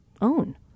own